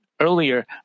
Earlier